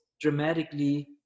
dramatically